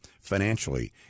financially